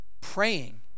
praying